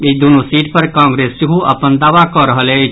ई दुनू सीट पर कांग्रेस सेहो अपन दावा कऽ रहल अछि